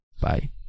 Bye